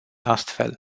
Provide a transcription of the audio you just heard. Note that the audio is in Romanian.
astfel